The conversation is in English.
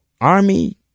army